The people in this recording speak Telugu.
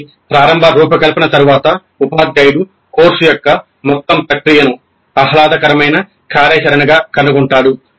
కాబట్టి ప్రారంభ రూపకల్పన తరువాత ఉపాధ్యాయుడు కోర్సు యొక్క మొత్తం ప్రక్రియను ఆహ్లాదకరమైన కార్యాచరణగా కనుగొంటాడు